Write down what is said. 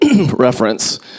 reference